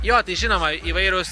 jo tai žinoma įvairūs